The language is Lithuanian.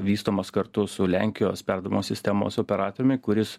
vystomas kartu su lenkijos perdavimo sistemos operatoriumi kuris